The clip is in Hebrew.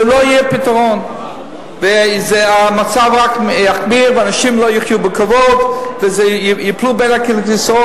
לא יהיה פתרון והמצב רק יחמיר ואנשים לא יחיו בכבוד וייפלו בין הכיסאות.